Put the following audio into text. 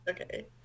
Okay